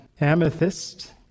amethyst